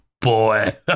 boy